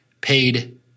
paid